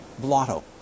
blotto